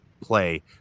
play